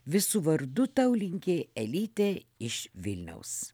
visų vardu tau linki elytė iš vilniaus